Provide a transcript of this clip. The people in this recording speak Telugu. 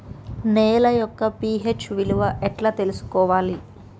నేల యొక్క పి.హెచ్ విలువ ఎట్లా తెలుసుకోవాలి?